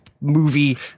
movie